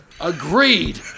Agreed